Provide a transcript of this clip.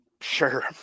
sure